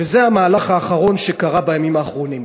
וזה המהלך האחרון שקרה בימים האחרונים: